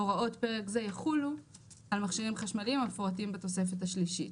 הוראות פרק זה יחולו על מכשירים חשמליים המפורטים בתוספת השלישית.